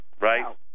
right